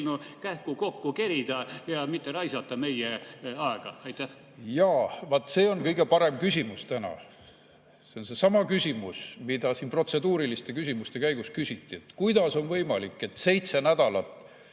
eelnõu kähku kokku kerida ja mitte meie aega raisata? Jaa! Vaat see on kõige parem küsimus täna. See on seesama küsimus, mida siin protseduuriliste küsimuste käigus küsiti, et kuidas on võimalik, et [saali